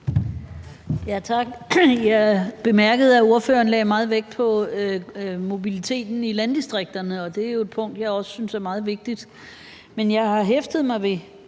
Jeg bemærkede, at ordføreren lagde meget vægt på mobiliteten i landdistrikterne, og det er jo et punkt, jeg også synes er meget vigtigt; men jeg har hæftet mig ved,